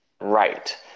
Right